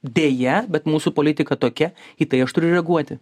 deja bet mūsų politika tokia į tai aš turiu reaguoti